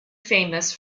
famous